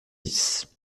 dix